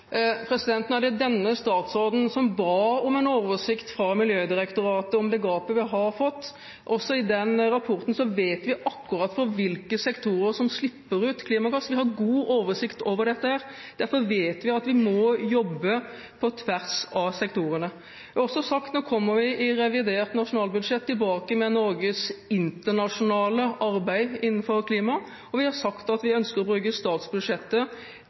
Nå er det denne statsråden som ba om en oversikt fra Miljødirektoratet over det gapet vi har fått. I den rapporten ser vi akkurat hvilke sektorer som slipper ut klimagass. Vi har god oversikt over dette. Derfor vet vi at vi må jobbe på tvers av sektorene. Jeg har også sagt at vi i revidert nasjonalbudsjett kommer tilbake til Norges internasjonale arbeid innenfor klima. Vi har sagt at vi ønsker å bruke statsbudsjettet